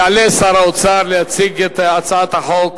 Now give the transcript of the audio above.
יעלה שר האוצר להציג את הצעת החוק: